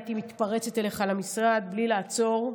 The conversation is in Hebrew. הייתי מתפרצת אליך למשרד בלי לעצור,